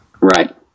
right